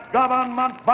government